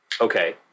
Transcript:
okay